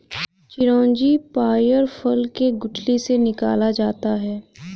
चिरौंजी पयार फल के गुठली से निकाला जाता है